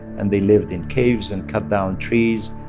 and they lived in caves and cut down trees,